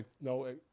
no